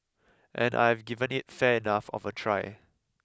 and I've given it fair enough of a try